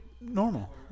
normal